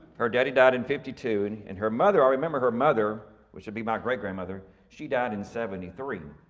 her daddy died in fifty two, and and her mother, i remember her mother, which would be my great grandmother, she died in seventy three.